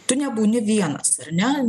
tu nebūni vienas ar ne